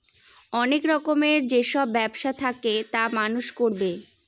অনেক রকমের যেসব ব্যবসা থাকে তা মানুষ করবে